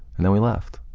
and then we left.